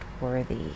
worthy